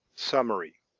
summary.